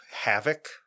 havoc